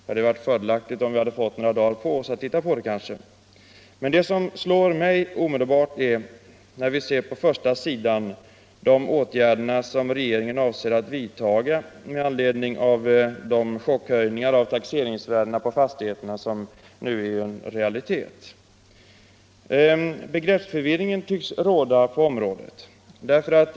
Det hade varit fördelaktigt om vi hade fått några dagar på oss att titta på det. Men det som slår mig omedelbart är de åtgärder som regeringen avser att vidta med anledning av de chockhöjningar av taxeringsvärdena på fastigheter som nu är en realitet. Begreppsförvirring tycks råda på området.